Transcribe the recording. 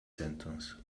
sentence